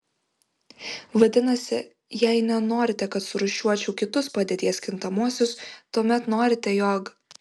vadinasi jei nenorite kad surūšiuočiau kitus padėties kintamuosius tuomet norite jog